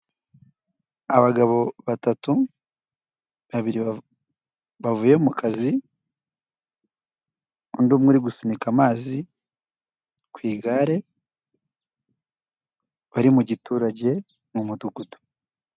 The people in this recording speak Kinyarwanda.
Abagabo batatu, babiri bavuye mu kazi, undi umwe uri gusunika amazi ku igare, bari mu giturage mu Mudugudu.